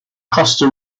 costa